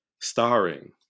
Starring